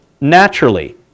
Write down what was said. naturally